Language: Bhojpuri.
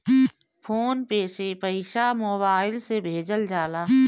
फ़ोन पे से पईसा मोबाइल से भेजल जाला